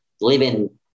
living